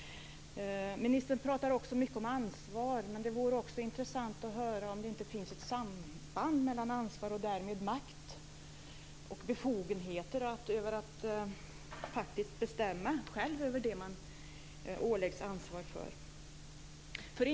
Ministern talar också mycket om ansvar. Men det vore också intressant att höra om det inte finns ett samband mellan ansvar och därmed makt och befogenheter att faktiskt bestämma själv över det man åläggs ansvar för.